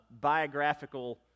biographical